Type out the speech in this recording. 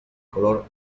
color